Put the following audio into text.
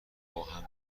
باهم